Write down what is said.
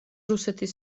რუსეთის